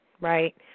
right